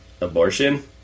Abortion